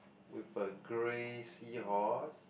with a grey seahorse